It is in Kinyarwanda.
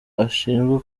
ashinjwa